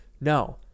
No